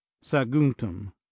saguntum